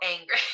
angry